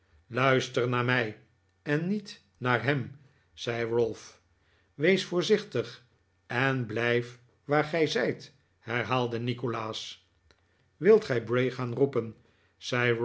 luister naar mij en niet naar hem zei ralph wees voorzichtig en blijf waar gij zijt herhaalde nikolaas wilt gij bray gaan roepen